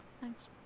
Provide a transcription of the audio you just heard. Thanks